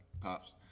pops